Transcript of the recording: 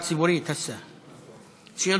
הצעות לסדר-היום מס' 10661, 10416 ו-10637.